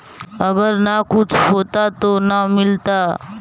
अगर न कुछ होता तो न मिलता?